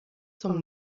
zum